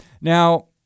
Now